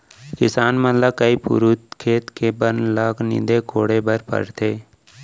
किसान मन ल कई पुरूत खेत के बन ल नींदे कोड़े बर परथे